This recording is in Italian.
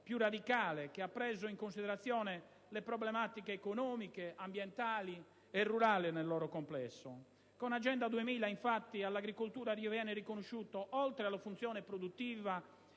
più radicale, che ha preso in considerazione le problematiche economiche, ambientali e rurali nel loro complesso. Con Agenda 2000 infatti all'agricoltura viene riconosciuto, oltre alla funzione produttiva,